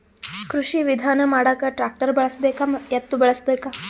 ಕೃಷಿ ವಿಧಾನ ಮಾಡಾಕ ಟ್ಟ್ರ್ಯಾಕ್ಟರ್ ಬಳಸಬೇಕ, ಎತ್ತು ಬಳಸಬೇಕ?